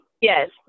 yes